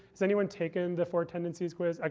has anyone taken the four tendencies quiz? like